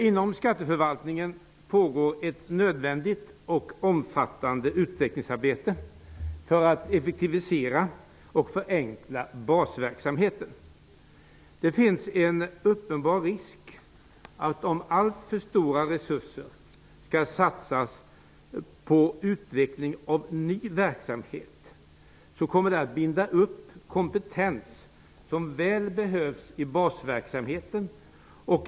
Inom skatteförvaltningen pågår ett nödvändigt och omfattande utvecklingsarbete för att effektivisera och förenkla basverksamheten. Om alltför stora resurser satsas på utveckling av ny verksamhet finns det en uppenbar risk för att den komptens som så väl behövs i basverksamheten kommer att bindas upp.